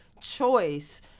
choice